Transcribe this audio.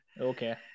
Okay